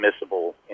admissible